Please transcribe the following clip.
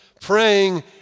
praying